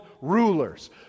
rulers